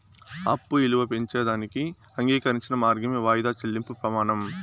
అప్పు ఇలువ పెంచేదానికి అంగీకరించిన మార్గమే వాయిదా చెల్లింపు ప్రమానం